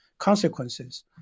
Consequences